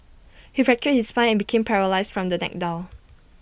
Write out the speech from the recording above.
he fractured his spine and became paralysed from the neck down